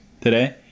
today